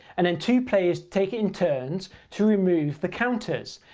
and then two players take it in turns to remove the counters.